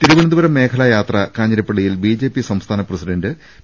തിരുവനന്തപുരം മേഖലാ യാത്ര കാഞ്ഞിരപ്പള്ളിയിൽ ബിജെപി സംസ്ഥാന പ്രസിഡന്റ് പി